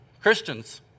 Christians